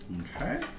Okay